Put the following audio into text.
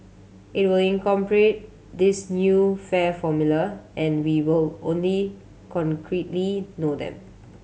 it will incorporate this new fare formula and we will only concretely know then